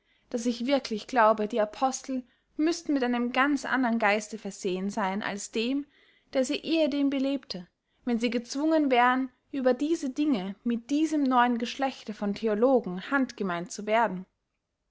daß ich wirklich glaube die apostel müßten mit einem ganz andern geiste versehen seyn als dem der sie ehedem belebte wenn sie gezwungen wären über diese dinge mit diesem neuen geschlechte von theologen handgemein zu werden